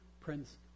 prince